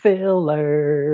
Filler